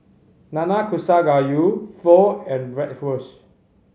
Nanakusa Gayu Pho and Bratwurst